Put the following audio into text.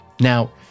Now